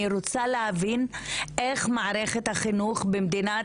אני רוצה להבין איך מערכת החינוך במדינת